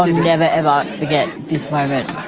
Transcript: never ever forget this moment,